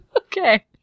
Okay